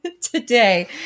today